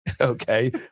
okay